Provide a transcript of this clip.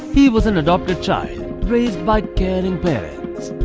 he was an adopted child raised by caring parents.